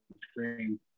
screen